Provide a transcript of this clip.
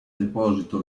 deposito